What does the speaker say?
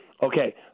Okay